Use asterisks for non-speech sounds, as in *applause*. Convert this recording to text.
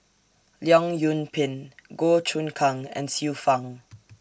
Leong Yoon Pin Goh Choon Kang and Xiu Fang *noise*